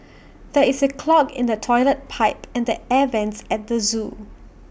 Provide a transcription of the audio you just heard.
there is A clog in the Toilet Pipe and the air Vents at the Zoo